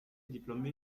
diplômé